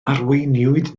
arweiniwyd